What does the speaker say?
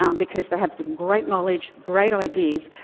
um because they have some great knowledge, great ideas,